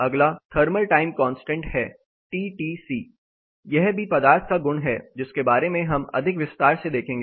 अगला thermal time constant है T T C यह भी पदार्थ का गुण है जिसके बारे में हम अधिक विस्तार से देखेंगे